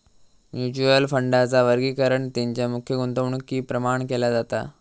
mutual फंडांचा वर्गीकरण तेंच्या मुख्य गुंतवणुकीप्रमाण केला जाता